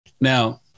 now